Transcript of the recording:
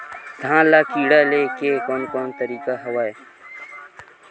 धान ल कीड़ा ले के कोन कोन तरीका हवय?